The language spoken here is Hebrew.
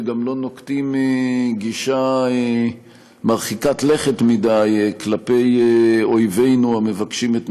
וגם לא נוקטים גישה מרחיקת לכת מדי כלפי אויבינו המבקשים את נפשנו,